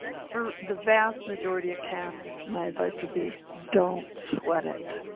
for the vast majority of cats my advice would be don't sweat it.